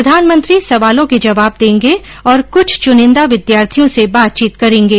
प्रधानमंत्री सवालों के जवाब देंगे और कुछ चुनिंदा विद्यार्थियों से बातचीत करेंगे